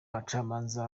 abacamanza